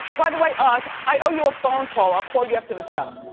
by the way oz, i owe you a phone call. i'll call you after the show.